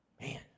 Man